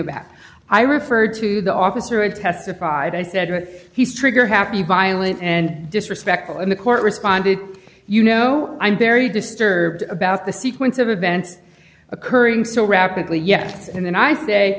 about i referred to the officer i testified i said he's trigger happy violent and disrespectful in the court responded you know i'm very disturbed about the sequence of events occurring so rapidly yes and then i